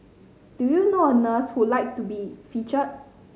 do you know a nurse who like to be featured